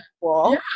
cool